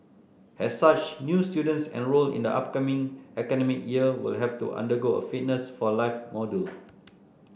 as such new students enrolled in the upcoming academic year will have to undergo a Fitness for life module